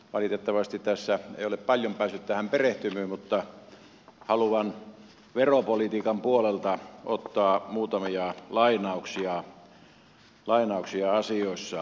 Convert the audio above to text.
valitettavasti tässä ei ole paljon päässyt tähän perehtymään mutta haluan veropolitiikan puolelta ottaa muutamia lainauksia asioissa